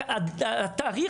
"אני פונה אל הקהל הקדוש,